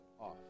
off